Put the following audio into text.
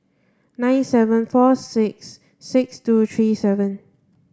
nine seven four six six two three seven